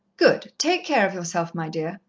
good! take care of yourself, my dear.